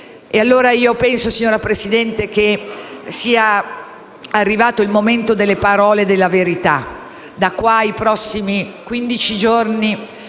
allora, signora Presidente, che sia arrivato il momento delle parole e della verità. Da qui ai prossimi quindici